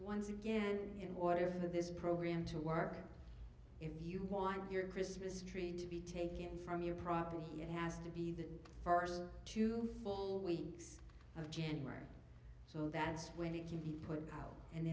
once again in order for this program to work if you want your christmas tree to be taken from your property he has to be the first two full weeks of january so that's when it can be put out and